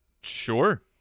Sure